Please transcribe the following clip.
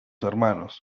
hermanos